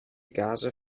gase